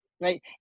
Right